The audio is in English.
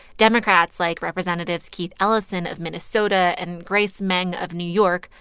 democrats, like representatives keith ellison of minnesota and grace meng of new york,